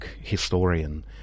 historian